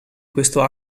questo